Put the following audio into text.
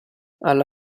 alla